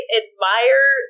admire